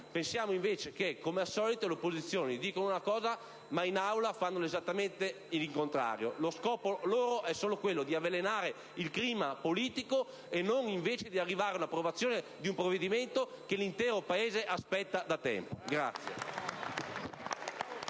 pensiamo invece che, come al solito, le opposizioni dicono una cosa, ma in Aula fanno esattamente il contrario. Il loro scopo è solo quello di avvelenare il clima politico e non invece di arrivare all'approvazione di un provvedimento che l'intero Paese aspetta da tempo.